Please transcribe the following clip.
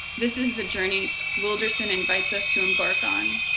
this is the journey, wilderson invites us to embark on,